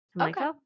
Okay